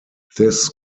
this